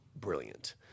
brilliant